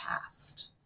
past